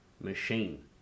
machine